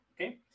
okay